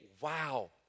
wow